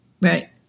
Right